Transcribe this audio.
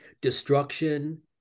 destruction